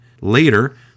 Later